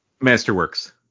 Masterworks